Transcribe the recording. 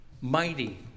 mighty